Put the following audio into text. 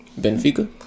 Benfica